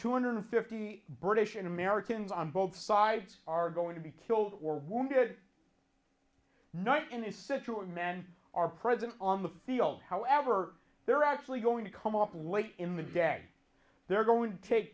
two hundred fifty british and americans on both sides are going to be killed or wounded not in in situ and men are present on the field however they're actually going to come up late in the day they're going to take